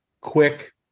quick